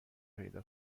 پیدا